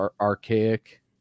Archaic